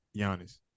Giannis